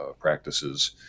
practices